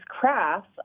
crafts